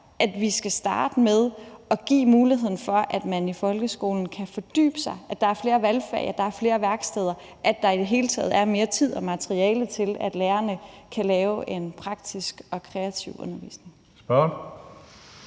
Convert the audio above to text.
at vi skal starte med at give muligheden for, at man i folkeskolen kan fordybe sig; at der er flere valgfag; at der er flere værksteder; at der i det hele taget er mere tid og materiale til, at lærerne kan lave en praktisk og kreativ undervisning.